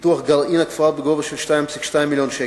פיתוח גרעין הכפר בגובה של 2.2 מיליוני שקלים,